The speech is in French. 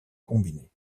combiné